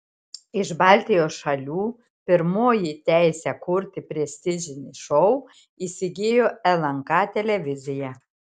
iš baltijos šalių pirmoji teisę kurti prestižinį šou įsigijo lnk televizija